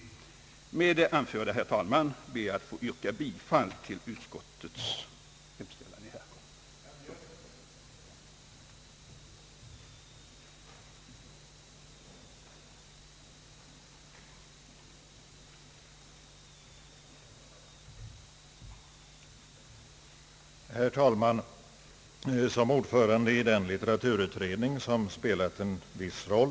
Med det anförda, herr talman, ber jag att få yrka bifall till utskottets hemställan vid denna punkt.